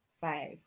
Five